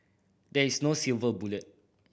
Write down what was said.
there is no silver bullet